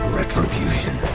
retribution